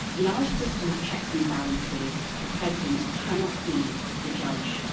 in our system of checks and balances, the president cannot be the judge,